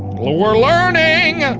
we're learning!